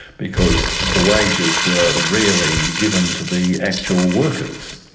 because the wages were rarely given to the actual workers.